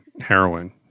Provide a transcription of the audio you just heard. heroin